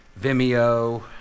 Vimeo